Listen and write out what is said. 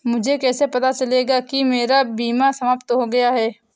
मुझे कैसे पता चलेगा कि मेरा बीमा समाप्त हो गया है?